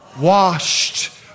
washed